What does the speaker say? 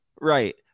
Right